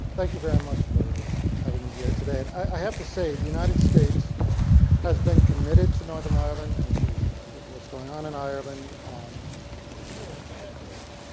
thank you very much for having me here today and i have to say the united states has been committed to northern ireland and to what's going on in ireland um for years, for decades,